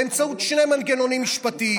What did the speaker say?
באמצעות שני מנגנונים משפטיים: